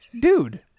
dude